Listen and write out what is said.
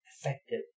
effective